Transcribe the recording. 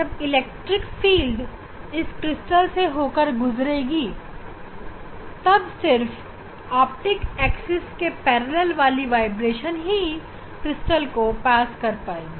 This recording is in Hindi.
जब इलेक्ट्रिक फ़ील्ड इस क्रिस्टल से होकर गुजरेगी तब सिर्फ ऑप्टिक एक्सिस के समांतर वाली वाइब्रेशन ही क्रिस्टल को पास कर पाएगी